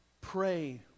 Pray